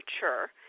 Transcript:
mature